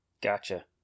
Gotcha